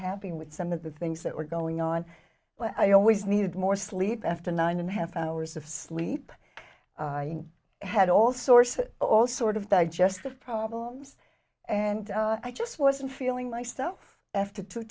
happy with some of the things that were going on but i always need more sleep after nine and a half hours of sleep i had all sorts all sort of digestive problems and i just wasn't feeling myself after two